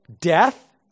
Death